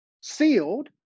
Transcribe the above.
Sealed